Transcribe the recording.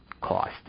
cost